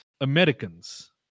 americans